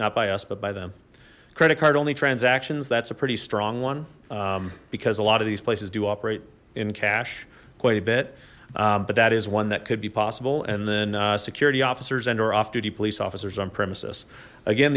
not by us but by them credit card only transactions that's a pretty strong one because a lot of these places do operate in cash quite a bit but that is one that could be possible and then security officers andor off duty police officers on premises again